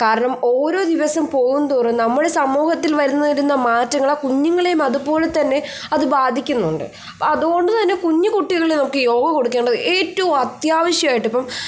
കാരണം ഓരോ ദിവസം പോവുംതോറും നമ്മൾ സമൂഹത്തിൽ വരുന്ന് വരുന്ന മാറ്റങ്ങൾ ആ കുഞ്ഞുങ്ങളേയും അതുപോലെത്തന്നെ അത് ബാധിക്കുന്നുണ്ട് അപ്പോൾ അതുകൊണ്ട് തന്നെ കുഞ്ഞ് കുട്ടികളെയൊക്കെ യോഗ കൊടുക്കേണ്ടത് ഏറ്റവും അത്യാവശ്യമായിട്ട് ഇപ്പം